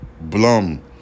Blum